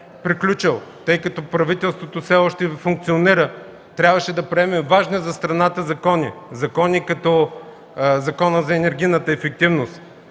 тъй като правителството все още функционира, трябваше да приемем важни за страната закони, като Закона за енергийната ефективност,